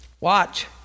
Watch